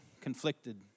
conflicted